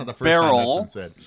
barrel